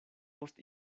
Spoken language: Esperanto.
post